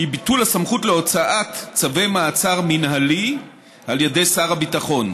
היא ביטול הסמכות להוצאת צווי מעצר מינהלי על ידי שר הביטחון,